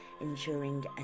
ensuring